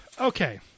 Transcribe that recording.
Okay